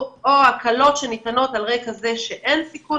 או הקלות שניתנות על רקע זה שאין סיכון